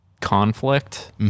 conflict